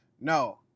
No